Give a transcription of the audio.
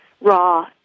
raw